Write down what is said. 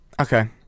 Okay